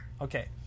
Okay